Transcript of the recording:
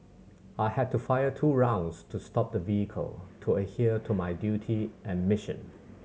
I had to fire two rounds to stop the vehicle to adhere to my duty and mission